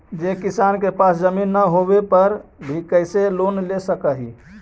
जे किसान के पास जमीन न होवे पर भी कैसे लोन ले सक हइ?